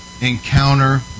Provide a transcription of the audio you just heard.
encounter